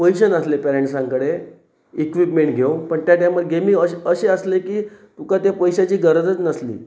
पयशे नासले पेरट्सां कडेन इक्विपमेंट घेवन पण त्या टायमार गेमी अश अशें आसलें की तुका त्या पयश्याची गरजच नासली